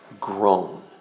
grown